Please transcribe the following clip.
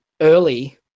early